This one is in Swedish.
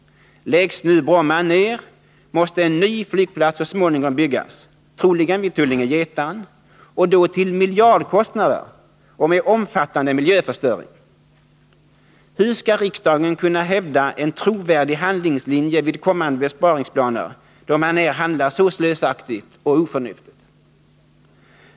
Läggs nu Bromma ner, måste en ny flygplats så småningom byggas, troligen vid Tullinge-Getaren, och då till miljardkostnader och med omfattande miljöförstöring som följd. Hur skall riksdagen kunna hävda en trovärdig handlingslinje vid kommande besparingsplaner, då man här handlar så slösaktigt och oförnuftigt?